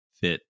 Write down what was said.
fit